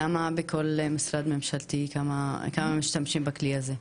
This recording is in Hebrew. כמה בכל משרד ממשלתי משתמשים בכלי הזה.